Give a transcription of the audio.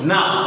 Now